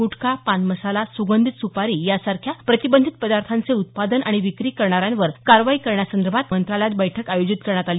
गुटखा पानमसाला सुगंधीत सुपारी यासारख्या प्रतिबंधित पदार्थांचे उत्पादन आणि विक्री करणाऱ्यांवर कारवाई करण्यासंदर्भात मंत्रालयात बैठक आयोजित करण्यात आली